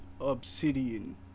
Obsidian